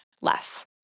less